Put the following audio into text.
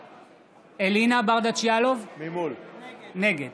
יאלוב, נגד